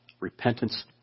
Repentance